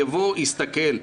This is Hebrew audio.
יבוא ויסתכל.